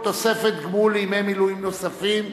תוספת גמול לימי מילואים נוספים),